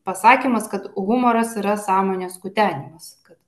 pasakymas kad humoras yra sąmonės kutenimas kad